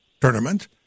tournament